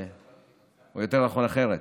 או יותר נכון אחרת: